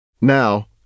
Now